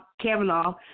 Kavanaugh